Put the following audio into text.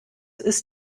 ist